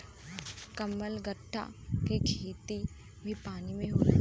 कमलगट्टा के खेती भी पानी में होला